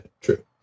true